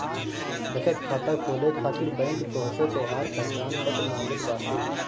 बचत खाता खोले खातिर बैंक तोहसे तोहार पहचान पत्र मांगत बाटे